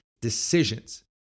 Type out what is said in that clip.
decisions